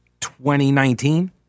2019